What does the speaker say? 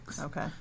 Okay